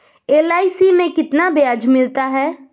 LIC में कितना ब्याज मिलता है?